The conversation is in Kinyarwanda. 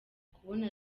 kubona